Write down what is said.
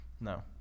No